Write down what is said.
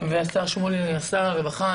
ואתה שמולי שר הרווחה.